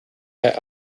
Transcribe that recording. bei